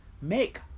make